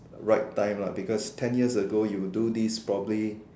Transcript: right time lah because ten years ago you do this probably